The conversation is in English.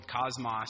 cosmos